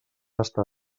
estar